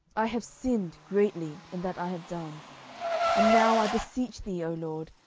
i have sinned greatly in that i have done and now, i beseech thee, o lord,